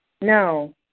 No